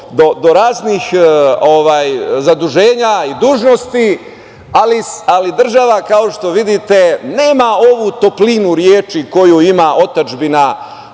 do raznih zaduženja i dužnosti, ali država kao što vidite nema ovu toplinu reči koju ima otadžbina